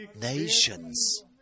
nations